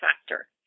factor